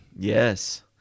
Yes